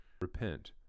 Repent